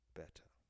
better